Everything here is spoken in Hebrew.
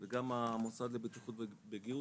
וגם המוסד לבטיחות ולגהות,